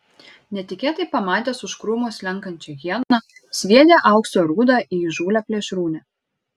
netikėtai pamatęs už krūmų slenkančią hieną sviedė aukso rūdą į įžūlią plėšrūnę